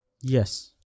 Yes